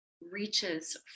reaches